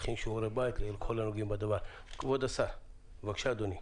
כבוד השר, בבקשה אדוני.